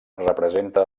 representa